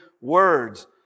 words